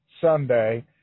Sunday